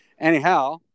Anyhow